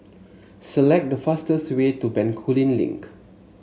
select the fastest way to Bencoolen Link